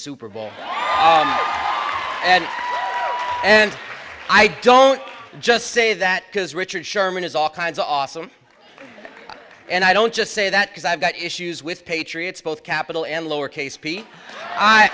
super bowl and i and i don't just say that because richard sherman has all kinds awesome and i don't just say that because i've got issues with patriots both capital and lower case